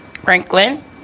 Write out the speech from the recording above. Franklin